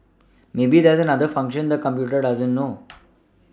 maybe there's another function the computer doesn't know